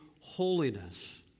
holiness